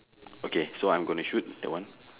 okay so I'm going to shoot that one